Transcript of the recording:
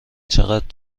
چقد